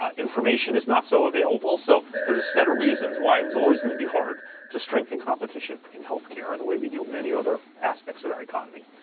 information is not so available, so there's a set of reasons why it was always going to be hard to strengthen competition in health care in the way we do many other aspects of our economy.